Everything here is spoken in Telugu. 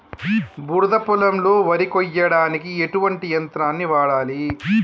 బురద పొలంలో వరి కొయ్యడానికి ఎటువంటి యంత్రాన్ని వాడాలి?